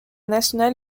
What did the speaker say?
national